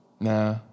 Nah